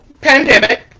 pandemic